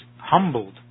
humbled